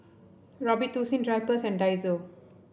Robitussin Drypers and Daiso